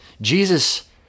Jesus